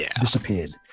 disappeared